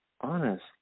honest